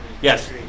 Yes